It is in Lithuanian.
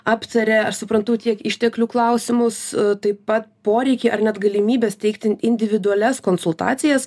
aptarė aš suprantu tiek išteklių klausimus taip pat poreikį ar net galimybes teikti individualias konsultacijas